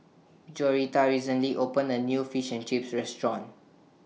Joretta recently opened A New Fish and Chips Restaurant